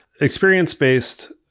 Experience-based